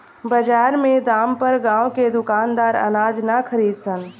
बजार के दाम पर गांव के दुकानदार अनाज ना खरीद सन